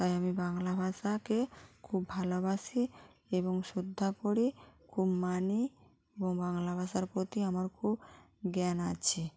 তাই আমি বাংলা ভাষাকে খুব ভালোবাসি এবং শ্রদ্ধা করি খুব মানি এবং বাংলা ভাষার প্রতি আমার খুব জ্ঞান আছে